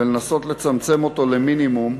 לנסות לצמצם אותו למינימום,